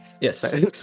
Yes